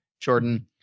Jordan